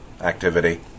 activity